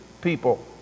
people